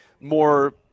more –